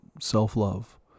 self-love